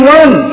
one